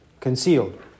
concealed